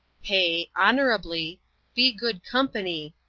pay honourably be good company,